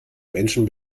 menschen